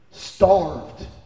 Starved